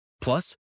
Plus